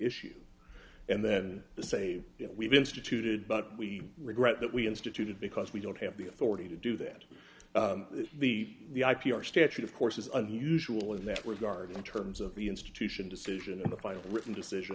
issue and then say we've instituted but we regret that we instituted because we don't have the authority to do that the i p r statute of course is unusual in that regard in terms of the institution decision and the final written decision